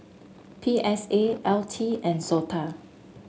P S A L T and SOTA